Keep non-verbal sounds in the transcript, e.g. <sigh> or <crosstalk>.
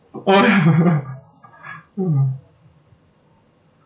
oh ya <laughs> <noise>